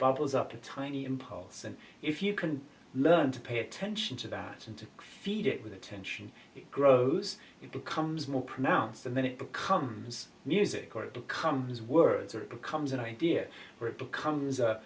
bubbles up a tiny impulse and if you can learn to pay attention to that and to feed it with attention it grows it becomes more pronounced and then it becomes music or it becomes words or it becomes an idea where it becomes a